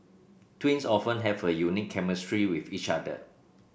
twins often have a unique chemistry with each other